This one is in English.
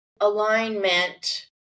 alignment